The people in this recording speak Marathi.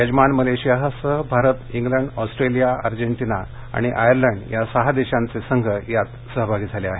यजमान मलेशियासह भारत इंग्लंड ऑस्ट्रेलिया अर्जेंटिना आणि आयर्लंड या सहा देशांचे संघ या स्पर्धेत सहभागी झाले आहेत